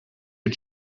you